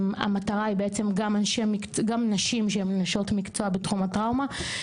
המטרה היא בעצם גם נשים שהן נשות מקצוע בתחום הטראומה.